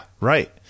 right